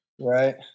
Right